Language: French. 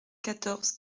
quatorze